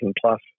plus